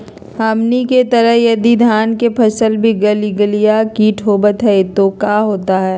हमनी के तरह यदि धान के फसल में गलगलिया किट होबत है तो क्या होता ह?